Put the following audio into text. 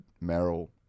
Merrill